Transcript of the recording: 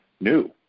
new